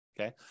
Okay